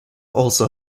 also